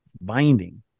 binding